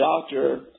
doctor